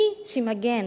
מי שמגן